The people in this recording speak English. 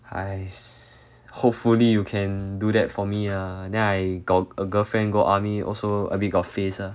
!hais! hopefully you can do that for me ah then I got a girlfriend go army also a bit got face ah